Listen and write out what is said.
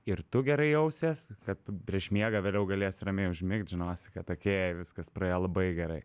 ir tu gerai jausies kad prieš miegą vėliau galėsi ramiai užmigt žinosi kad okei viskas praėjo labai gerai